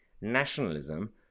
nationalism